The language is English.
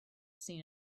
seen